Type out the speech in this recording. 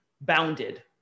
bounded